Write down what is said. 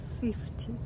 fifty